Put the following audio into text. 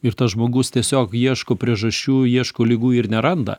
ir tas žmogus tiesiog ieško priežasčių ieško ligų ir neranda